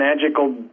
magical